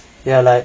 ya like